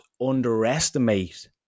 underestimate